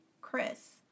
Chris